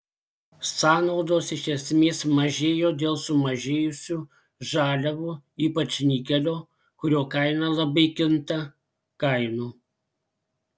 sąnaudos iš esmės mažėjo dėl sumažėjusių žaliavų ypač nikelio kurio kaina labai kinta kainų